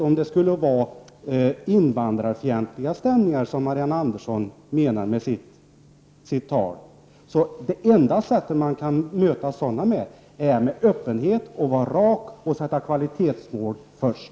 Om det är invandrarfientliga stämningar som Marianne Andersson menar när hon talar om stämningar, är det enda sättet att möta sådana att vara öppen och rak och sätta kvalitetsnivån först.